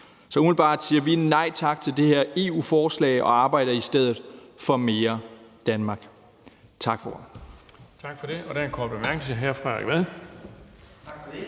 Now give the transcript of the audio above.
Så umiddelbart siger vi nej tak til det her EU-forslag og arbejder i stedet for mere Danmark. Tak for